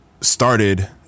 started